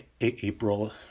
April